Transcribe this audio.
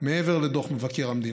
מעבר לדוח מבקר המדינה.